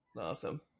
awesome